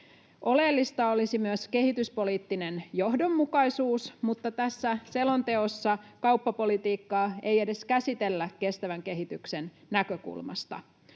Oleellista olisi myös kehityspoliittinen johdonmukaisuus, mutta tässä selonteossa kauppapolitiikkaa ei edes käsitellä kestävän kehityksen näkökulmasta.